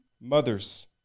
mothers